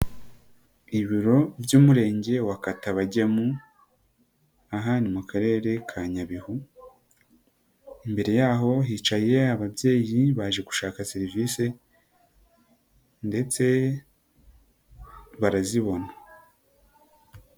Ibiro by'Umurenge wa Katabagemu, aha ni mu Karere ka Nyabihu, imbere yaho hicaye ababyeyi baje gushaka serivisi ndetse barazibona.